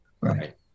Right